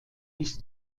bis